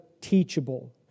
teachable